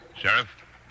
Sheriff